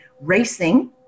racing